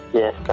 yes